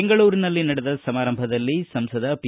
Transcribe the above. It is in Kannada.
ಬೆಂಗಳೂರಿನಲ್ಲಿ ನಡೆದ ಸಮಾರಂಭದಲ್ಲಿ ಸಂಸದ ಪಿ